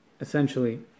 essentially